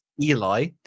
eli